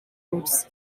roots